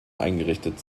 eingerichtet